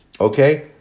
okay